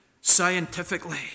scientifically